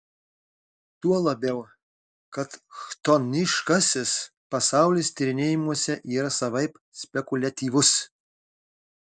tuo labiau kad chtoniškasis pasaulis tyrinėjimuose yra savaip spekuliatyvus